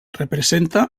representa